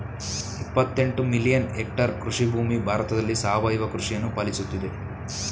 ಇಪ್ಪತ್ತೆಂಟು million hectare ಕೃಷಿಭೂಮಿ ಭಾರತದಲ್ಲಿ ಸಾವಯವ ಕೃಷಿಯನ್ನು ಪಾಲಿಸುತ್ತಿದೆ